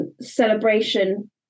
Celebration